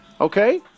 Okay